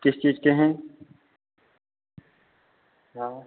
किस चीज़ के हैं हाँ